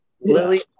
Lily